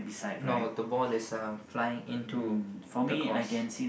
no the ball is flying into the course